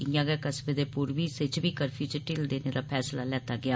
ईआ गै कस्बे दे पूर्वी हिस्से च बी कर्फ्यू च ढिल्ल देने दा फैसला लैता गेआ